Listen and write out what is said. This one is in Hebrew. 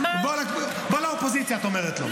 בוא לאופוזיציה, את אומרת לו.